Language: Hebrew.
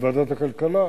ועדת הכלכלה?